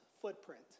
footprint